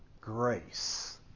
grace